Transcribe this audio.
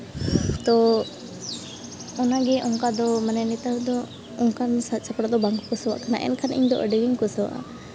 ᱛᱚ ᱚᱱᱟᱜᱮ ᱚᱱᱠᱟ ᱫᱚ ᱢᱟᱱᱮ ᱱᱮᱛᱟᱨ ᱫᱚ ᱚᱱᱠᱟᱱ ᱥᱟᱡᱽ ᱥᱟᱯᱲᱟᱣ ᱫᱚ ᱵᱟᱝ ᱠᱚ ᱠᱩᱥᱤᱭᱟᱜ ᱠᱟᱱᱟ ᱮᱱᱠᱷᱟᱱ ᱤᱧᱫᱚ ᱟᱹᱰᱤᱜᱤᱧ ᱠᱩᱥᱤᱣᱟᱜᱼᱟ